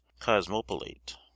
cosmopolite